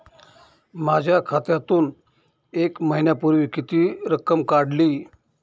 माझ्या खात्यातून एक महिन्यापूर्वी किती रक्कम काढली?